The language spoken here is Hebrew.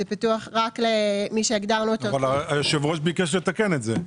זה פתוח רק למי שהגדרנו --- אבל היושב-ראש ביקש לתקן את זה.